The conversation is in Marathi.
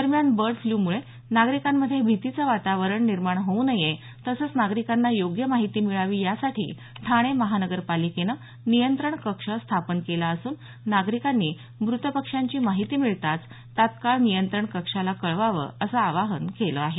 दरम्यान बर्ड फ्लम्ळे नागरिकांमध्ये भीतीचं वातावरण निर्माण होऊ नये तसंच नागरिकांना योग्य माहिती मिळावी यासाठी ठाणे महानगरपालिकेनं नियंत्रण कक्ष स्थापन केला असून नागरिकांनी मृत पक्ष्यांची माहिती मिळताच तात्काळ नियत्रंण कक्षाला कळवावं असं आवाहन केलं आहे